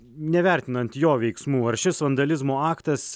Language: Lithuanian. nevertinant jo veiksmų ar šis vandalizmo aktas